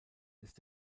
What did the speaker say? ist